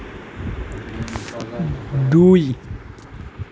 দুই